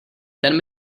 ten